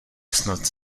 snad